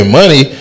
money